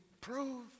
prove